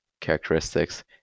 characteristics